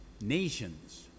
nations